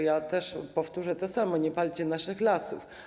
Ja też powtórzę to samo: nie palcie naszych lasów.